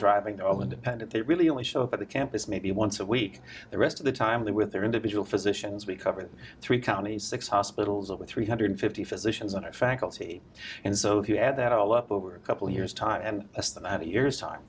driving all independent they really only show up at the campus maybe once a week the rest of the time they with their individual physicians we cover three counties six hospitals over three hundred fifty physicians on our faculty and so if you add that all up over a couple of years time and a year's time